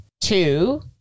Two